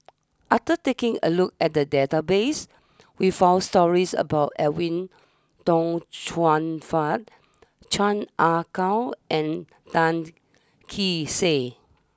after taking a look at the database we found stories about Edwin Tong Chun Fai Chan Ah Kow and Tan Kee Sek